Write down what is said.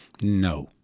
No